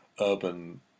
urban